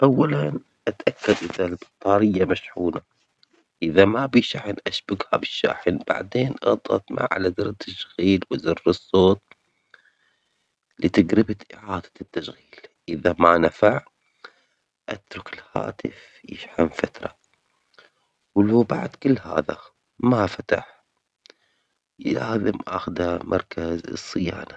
أولاً، أتأكد من إذا البطارية المشحونة، إذا ما فيه شحن أشبكها بالشاحن، بعدين أضغط معاً على زر التشغيل وزر الصوت لتجربة إعادة التشغيل، إذا ما نفع، أترك الهاتف يشحن فترة، ولو بعد كل هذا ما فتح، لازم أخذه لمركز الصيانة.